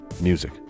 music